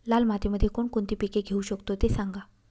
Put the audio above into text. लाल मातीमध्ये कोणकोणती पिके घेऊ शकतो, ते सांगा